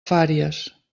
fàries